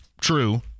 true